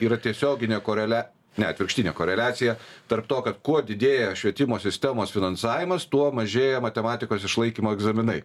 yra tiesioginė korelia ne atvirkštinė koreliacija tarp to kad kuo didėja švietimo sistemos finansavimas tuo mažėja matematikos išlaikymo egzaminai